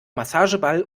massageball